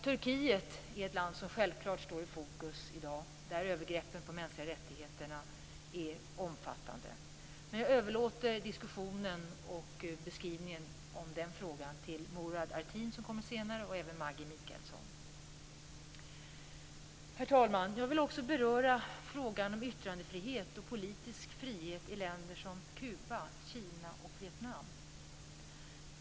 Turkiet är ett land som självklart står i fokus i dag, där övergreppen avseende de mänskliga rättigheterna är omfattande, men jag överlåter diskussionen och beskrivningen av den frågan till Murad Artin som kommer senare, och även Maggi Mikaelsson. Herr talman! Jag vill också beröra frågan om yttrandefrihet och politisk frihet i länder som Kuba, Kina och Vietnam.